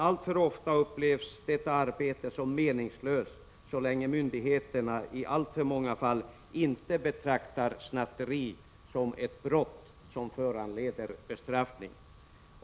Alltför ofta upplevs dock detta arbete som meningslöst, så länge som myndigheterna i många fall inte betraktar snatteri som ett brott som föranleder bestraffning.